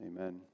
Amen